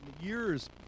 years